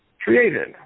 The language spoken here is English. created